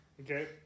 okay